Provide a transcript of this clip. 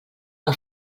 que